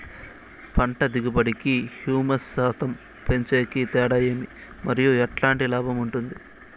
పంట దిగుబడి కి, హ్యూమస్ శాతం పెంచేకి తేడా ఏమి? మరియు ఎట్లాంటి లాభం ఉంటుంది?